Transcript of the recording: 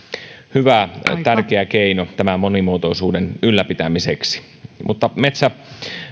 hyvä tärkeä keino monimuotoisuuden ylläpitämiseksi mutta